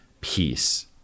peace